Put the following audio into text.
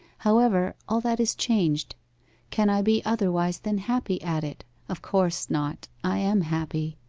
however, all that is changed can i be otherwise than happy at it? of course not. i am happy.